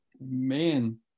man